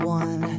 one